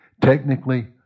Technically